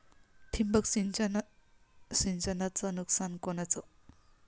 ठिबक सिंचनचं नुकसान कोनचं?